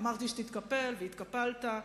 אמרתי שתתקפל, והתקפלת.